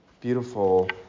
beautiful